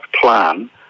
plan